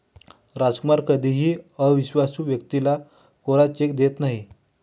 रामकुमार कधीही अविश्वासू व्यक्तीला कोरा चेक देत नाही